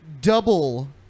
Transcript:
double